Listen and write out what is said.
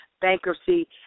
bankruptcy